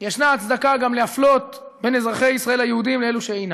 יש הצדקה גם להפלות בין אזרחי ישראל היהודים לאלו שאינם.